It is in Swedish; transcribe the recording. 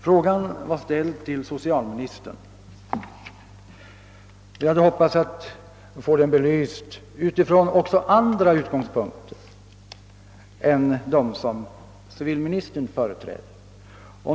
Frågan var ställd till socialministern, och jag hade hoppats att få den belyst också från andra utgångspunkter än de som civilministern företräder.